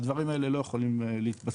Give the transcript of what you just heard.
והדברים האלה לא יכולים להתבצע,